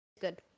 Good